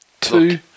Two